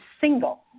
single